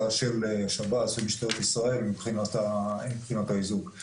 של שב"ס ומשטרת ישראל מבחינת האיזוק.